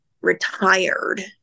retired